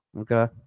Okay